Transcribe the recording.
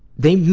they mi,